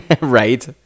Right